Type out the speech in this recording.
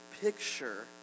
picture